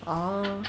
oh